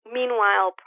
Meanwhile